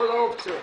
כל האופציות.